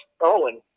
Owen